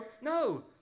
no